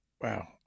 Wow